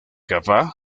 jaffa